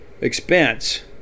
expense